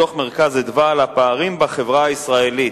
2034 ו-2051 בנושא: דוח "מרכז אדוה" על הפערים בחברה הישראלית.